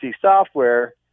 software